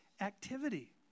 activity